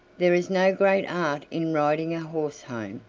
there is no great art in riding a horse home,